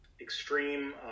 extreme